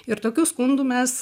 ir tokių skundų mes